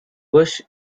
bush